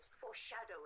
foreshadowing